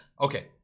okay